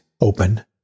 open